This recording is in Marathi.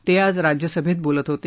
ते आज राज्यसभेत बोलत होते